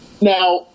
Now